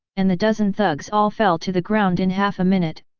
and the dozen thugs all fell to the ground in half a minute,